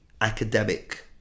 academic